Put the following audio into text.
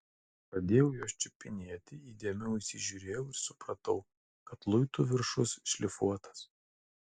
pradėjau juos čiupinėti įdėmiau įsižiūrėjau ir supratau kad luitų viršus šlifuotas